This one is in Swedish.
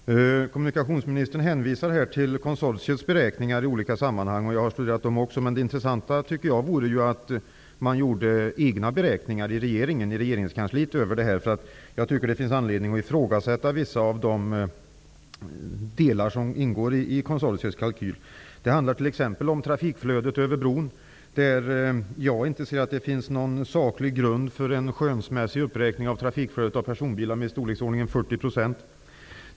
Herr talman! Kommunikationsministern hänvisar till konsortiets beräkningar. Jag har också studerat dem. Det vore dock intressant om regeringskansliet kunde göra egna beräkningar. Det finns anledning att ifrågasätta vissa delar som ingår i konsortiets kalkyl. Det handlar t.ex. om trafikflödet över bron. Jag ser inte att det finns någon saklig grund för en skönsmässig uppräkning av trafikflödet av personbilar med i storleksordningen 40 %.